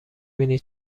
بینی